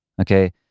Okay